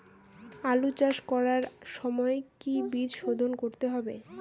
আলু চাষ করার সময় কি বীজ শোধন করতে হবে?